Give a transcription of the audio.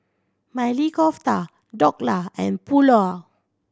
Maili Kofta Dhokla and Pulao